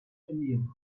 indien